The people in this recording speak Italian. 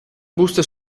booster